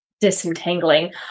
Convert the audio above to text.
disentangling